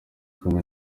kumwe